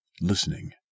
listening